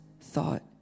thought